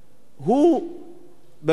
הוא בבעיה,